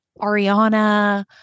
Ariana